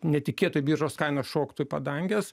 netikėtai biržos kaina šoktų į padanges